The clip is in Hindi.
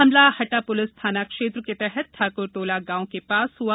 हमला हट्टा पुलिस थाना क्षेत्र के तहत ठाकुर तोला गांव के पास ह्आ